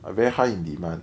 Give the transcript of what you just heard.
ah very high in demand